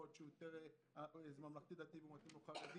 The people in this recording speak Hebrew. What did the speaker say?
אולי כי המסגרת היא של ממלכתי דתי ומתאימה לו מסגרת חרדית.